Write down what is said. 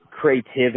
creativity